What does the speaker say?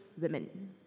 women